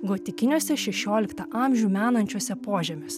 gotikiniuose šešioliktą amžių menančiuose požemiuose